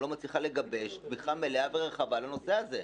לא מצליחה לגבש תמיכה מלאה ורחבה לנושא הזה.